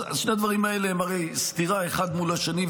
שני הדברים האלה הם הרי בסתירה אחד מול השני,